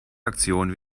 aktion